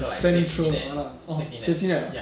central ah orh city net ah